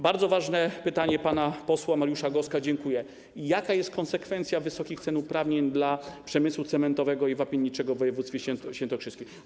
Bardzo ważne pytanie pana posła Mariusza Goska, za które dziękuję: Jakie są konsekwencje wysokich cen uprawnień dla przemysłu cementowego i wapienniczego w województwie świętokrzyskim?